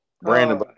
Brandon